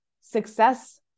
success